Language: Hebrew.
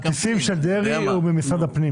הכרטיסים של דרעי הם במשרד הפנים.